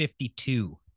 52